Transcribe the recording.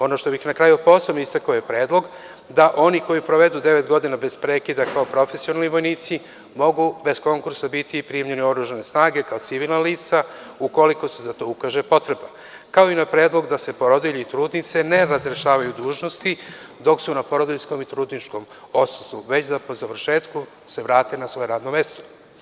Ono što bih na kraju posebno istakao je predlog da oni koji provedu devet godina bez prekida, kao profesionalni vojnici, mogu bez konkursa biti primljeni u oružane snage, kao civilna lica, ukoliko se za to ukaže potreba, kao i na predlog da se porodilje i trudnice ne razrešavaju dužnosti dok su na porodiljskom i trudničkom odsustvu, već da po završetku se vrate na svoje radno mesto.